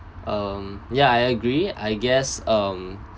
um yeah I agree I guess um